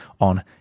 on